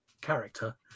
character